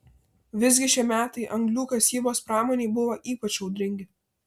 visgi šie metai anglių kasybos pramonei buvo ypač audringi